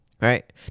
right